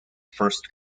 first